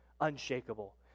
unshakable